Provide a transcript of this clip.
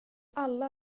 alla